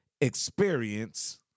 experience